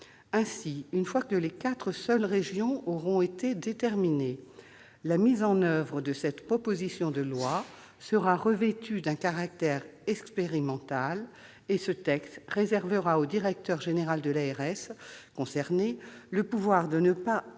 Ainsi, une fois que les quatre seules régions auront été déterminées, la mise en oeuvre de cette proposition de loi sera revêtue d'un caractère expérimental, et ce texte réservera au directeur général de l'ARS concernée le pouvoir de ne pas